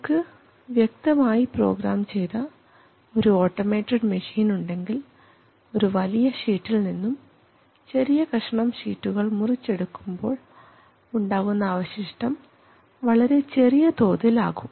നമുക്ക് വ്യക്തമായി പ്രോഗ്രാം ചെയ്ത ഒരു ഓട്ടോമേറ്റഡ് മെഷീൻ ഉണ്ടെങ്കിൽ ഒരു വലിയ ഷീറ്റിൽ നിന്നും ചെറിയ കഷണം ഷീറ്റുകൾ മുറിച്ച് എടുക്കുമ്പോൾ ഉണ്ടാകുന്ന അവശിഷ്ടം വളരെ ചെറിയ തോതിൽ ആകും